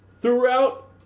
throughout